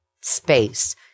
space